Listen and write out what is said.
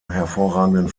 hervorragenden